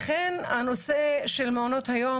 לכן הנושא של מעונות היום,